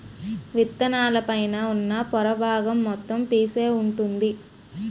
విత్తనాల పైన ఉన్న పొర బాగం మొత్తం పీసే వుంటుంది